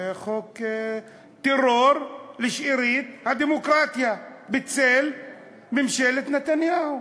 זה חוק טרור לשארית הדמוקרטיה בצל ממשלת נתניהו,